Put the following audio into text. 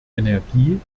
energie